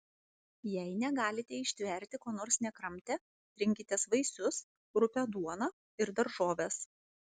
jei negalite ištverti ko nors nekramtę rinkitės vaisius rupią duoną ir daržoves